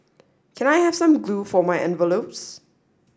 can I have some glue for my envelopes